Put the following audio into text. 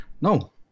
No